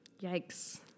Yikes